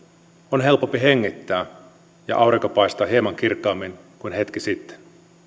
on helpompi hengittää ja aurinko paistaa hieman kirkkaammin kuin hetki sitten